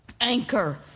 anchor